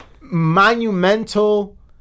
monumental